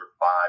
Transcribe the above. five